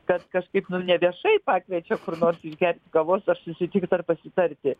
kad kažkaip ne viešai pakviečiu kur nors išgerti kavos ar susitikt ar pasitarti